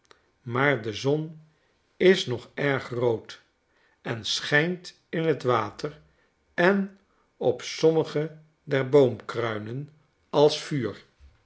maar de zon is nog erg rood en schijnt in t water en op sommige der boomkruinen als vuur